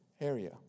area